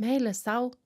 meilę sau